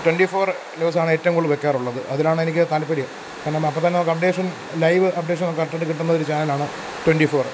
twenty four ന്യൂസാണ് ഏറ്റവും കൂടുതൽ വെക്കാറുള്ളത് അതിലാണെനിക്ക് താത്പര്യം കാരണം അപ്പോൾത്തന്നെ നമുക്കപ്ഡേഷൻ ലൈവ് അപ്ഡേഷൻ നമുക്ക് പെട്ടെന്നു കിട്ടുന്ന ഒരു ചാനലാണ് ട്വൻ്റി ഫോർ